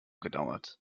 gedauert